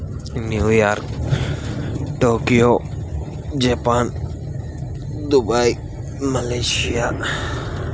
New York Tokyo Japan Dubai Malaysia